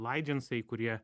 laidžensai kurie